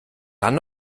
dann